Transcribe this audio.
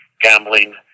gambling